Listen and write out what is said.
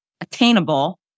attainable